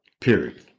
Period